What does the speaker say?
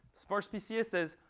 sparse pca says,